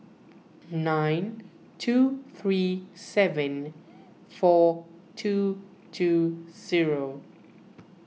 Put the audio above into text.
nine two three seven four two two zero